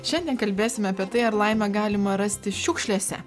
šiandien kalbėsime apie tai ar laimę galima rasti šiukšlėse